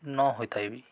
ନ ହୋଇଥାଇବି